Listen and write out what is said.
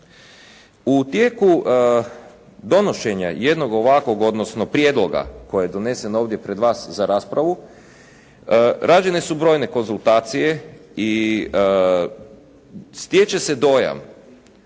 U tijeku donošenje jednog ovakvog, odnosno prijedloga koji je donesen ovdje pred vas za raspravu, rađene su brojne konzultacije i stječe se dojam